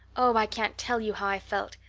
oh, i can't tell you how i felt.